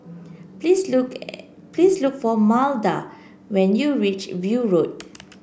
please look please look for Maida when you reach View Road